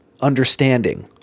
understanding